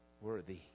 worthy